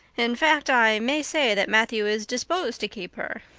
in fact i may say that matthew is disposed to keep her.